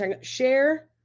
Share